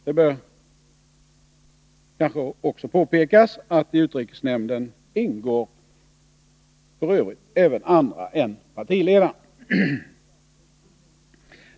Det bör kanske också påpekas att i utrikesnämnden även ingår andra än partiledarna.